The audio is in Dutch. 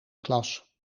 klas